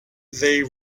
they